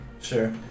sure